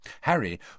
Harry